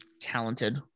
talented